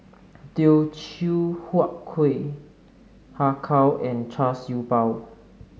Teochew Huat Kueh Har Kow and Char Siew Bao